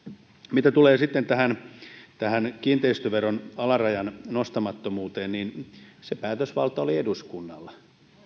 mitä tulee sitten kiinteistöveron alarajan nostamattomuuteen se päätösvalta oli eduskunnalla